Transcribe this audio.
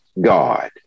God